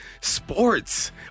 sports